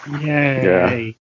Yay